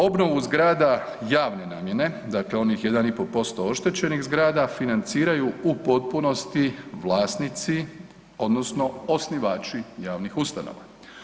Obnovu zgrada javne namjene dakle onih 1,5% oštećenih zgrada financiraju u potpunosti vlasnici odnosno osnivači javnih ustanova.